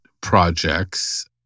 projects